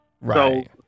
Right